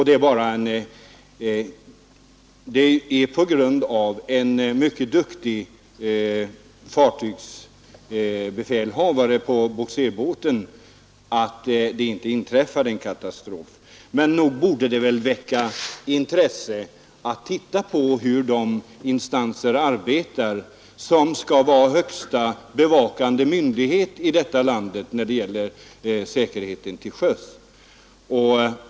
Det var tack vare en mycket duktig befälhavare på bogserbåten som det inte inträffade en katastrof. Men nog borde väl det som har hänt väcka intresse för att se på hur de instanser arbetar som skall vara högsta bevakande myndighet i landet när det gäller säkerheten till sjöss.